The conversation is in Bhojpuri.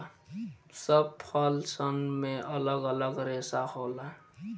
सब फल सन मे अलग अलग रेसा होला